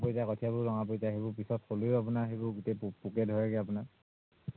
সেই যে কঠিয়াবোৰ ৰঙা পৰি যায় সেইবোৰ পিছত থ'লেও আপোনাৰ সেইবােৰ গোট পোক পোকে ধৰেগে আপোনাৰ